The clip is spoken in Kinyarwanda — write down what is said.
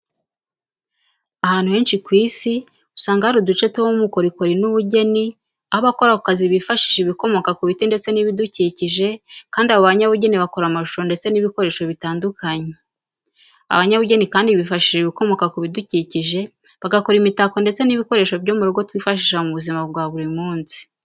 Ahantu henshi ku Isi usanga hari uduce tubamo ubukorikori n'ubugeni, aho abakora ako kazi bifashisha ibikomoka ku biti ndetse n'ibidukikije kandi abo banyabugeni bakora amashusho ndetse n'ibikoresho bitandukanye. Abanyabugeni kandi bifashisha ibikomoka ku bidukikije bagakora imitako ndetse n'ibikoresho byo mu rugo twifashisha mu buzima bwa buri munsi.